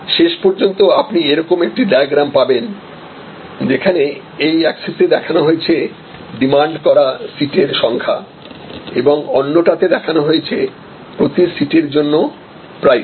শেষ পর্যন্ত আপনি এরকম একটা ডায়াগ্রাম পাবেন যেখানে এই এক্সিসে দেখানো হয়েছে ডিমান্ড করা সিটের সংখ্যা এবং অন্য টাতে দেখানো হয়েছে প্রতি সিটের জন্য প্রাইস